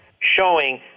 showing